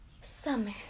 summer